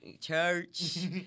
Church